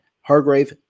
Hargrave